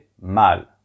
mal